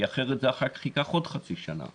כי אחרת אחר כך זה ייקח עוד חצי שנה.